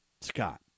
Scott